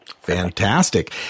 Fantastic